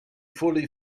fully